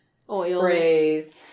sprays